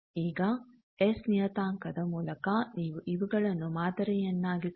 ಈಗ ಎಸ್ ನಿಯತಾಂಕದ ಮೂಲಕ ನೀವು ಇವುಗಳನ್ನು ಮಾದರಿಯನ್ನಾಗಿಸಬಹುದು